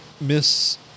Miss